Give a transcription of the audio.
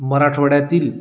मराठवड्यातील